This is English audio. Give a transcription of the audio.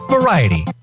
Variety